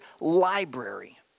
library